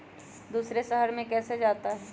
दूसरे शहर मे कैसे जाता?